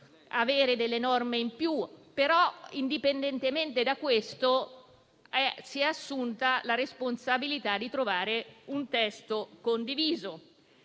qualche norma in più, e però, indipendentemente da questo, si è assunta la responsabilità di trovare un testo condiviso.